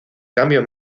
cambio